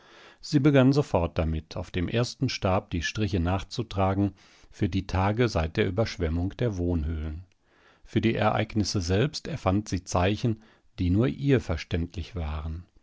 sie begann sofort damit auf dem ersten stab die striche nachzutragen für die tage seit der überschwemmung der wohnhöhlen für die ereignisse selbst erfand sie zeichen die nur ihr verständlich waren